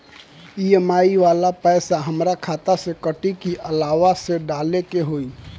EMI वाला पैसा हाम्रा खाता से कटी की अलावा से डाले के होई?